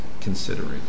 considering